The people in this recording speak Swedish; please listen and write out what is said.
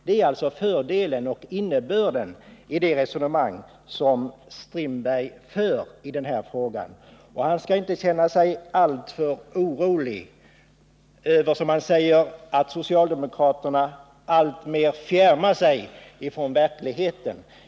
Detta är innebörden i det resonemang som Per-Olof Strindberg för i denna fråga. Och han skall inte känna sig alltför orolig över att, som han säger, socialdemokraterna alltmer fjärmar sig från verkligheten.